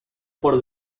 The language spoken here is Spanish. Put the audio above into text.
por